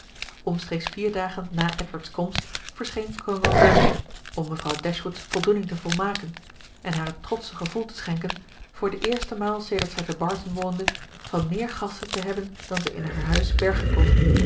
omstreeks vier dagen na edward's komst verscheen kolonel brandon om mevrouw dashwood's voldoening te volmaken en haar het trotsche gevoel te schenken voor de eerste maal sedert zij te barton woonde van meer gasten te hebben dan zij in haar huis bergen kon